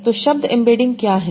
तो शब्द एम्बेडिंग क्या हैं